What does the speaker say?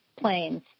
planes